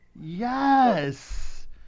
Yes